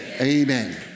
Amen